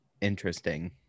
interesting